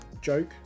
joke